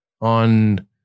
on